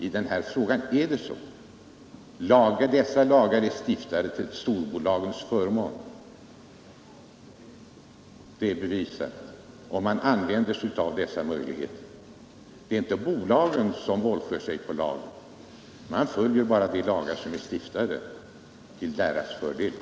I den här frågan är det så. Dessa lagar är stiftade till storbolagens förmån och bolagen använder sig av dessa möjligheter. Det är inte bolagen som våldför sig på lagen; de följer bara de lagar som är stiftade till deras fromma.